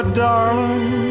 darling